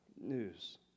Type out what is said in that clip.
news